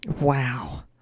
Wow